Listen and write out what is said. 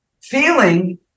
feeling